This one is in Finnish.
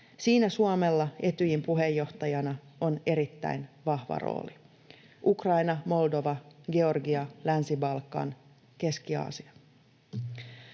Siinä Suomella Etyjin puheenjohtajana on erittäin vahva rooli. — Ukraina, Moldova, Georgia, Länsi-Balkan, Keski-Aasia.